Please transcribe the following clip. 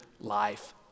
life